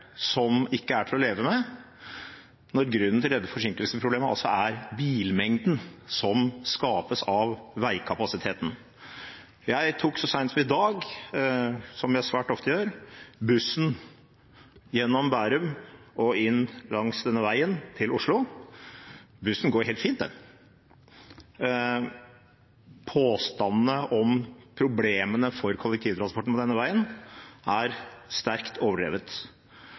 som ikke er til å leve med, og grunnen til dette forsinkelsesproblemet er bilmengden som skapes av veikapasiteten. Jeg tok så seint som i dag, som jeg svært ofte gjør, bussen gjennom Bærum og langs denne veien inn til Oslo. Bussen går helt fint, den. Påstandene om problemene for kollektivtransporten på denne veien er sterkt overdrevet.